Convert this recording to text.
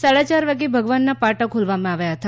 સાડા ચાર વાગે ભગવાનના પાટા ખોલવામાં આવ્યા હતા